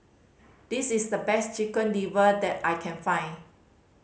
this is the best Chicken Liver that I can find